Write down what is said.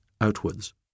outwards